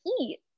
eat